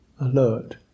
Alert